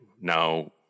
now